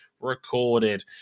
recorded